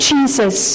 Jesus